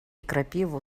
крапиву